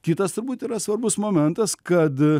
kitas turbūt yra svarbus momentas kad